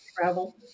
travel